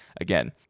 again